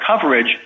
coverage